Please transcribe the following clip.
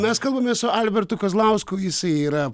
mes kalbamės su albertu kazlausku jisai yra